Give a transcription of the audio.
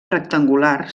rectangular